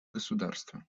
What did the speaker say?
государство